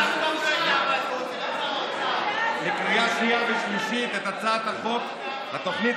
בפניכם לקריאה שנייה ושלישית את הצעת חוק התוכנית